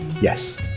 Yes